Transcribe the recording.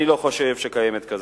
אני לא חושב שקיימת כזו.